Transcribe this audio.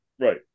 Right